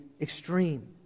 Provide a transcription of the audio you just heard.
extreme